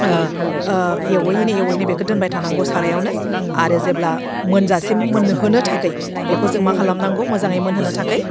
एवैनो एवैनो बेखौ दोनबाय थानांगौ सारायावनो आरो जेब्ला मोनजासिम मोनहोनो थाखै बेखौ जों मा खालामनांगौ मोजाङै मोनहोनो थाखै